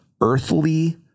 earthly